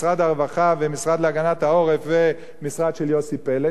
משרד הרווחה והמשרד להגנת העורף והמשרד של יוסי פלד,